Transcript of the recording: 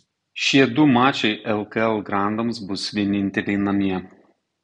šie du mačai lkl grandams bus vieninteliai namie